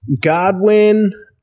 godwin